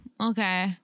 okay